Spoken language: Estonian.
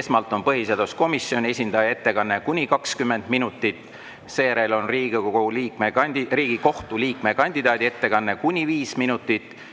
Esmalt on põhiseaduskomisjoni esindaja ettekanne kuni 20 minutit. Seejärel on Riigikohtu liikme kandidaadi ettekanne kuni viis minutit.